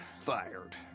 fired